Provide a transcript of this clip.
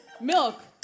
Milk